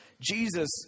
Jesus